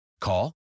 Call